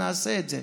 נעשה את זה.